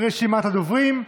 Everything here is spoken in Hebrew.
רשימת הדוברים.